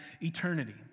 eternity